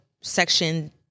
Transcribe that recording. section